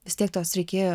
vis tiek tos reikėjo